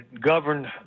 governed